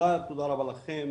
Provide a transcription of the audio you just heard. תודה רבה לכם.